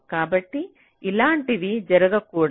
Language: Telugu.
కాబట్టి ఇలాంటివి జరగకూడదు